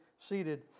seated